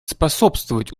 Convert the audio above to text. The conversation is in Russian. способствовать